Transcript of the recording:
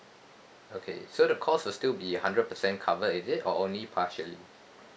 okay so the cost will still be hundred percent cover is it or only partially